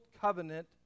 Covenant